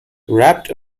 wrapped